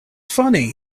funny